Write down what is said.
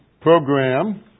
program